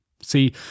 See